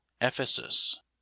Ephesus